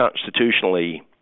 constitutionally